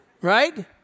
right